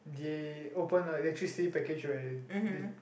the open like electricity package with